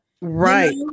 Right